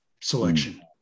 selection